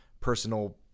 personal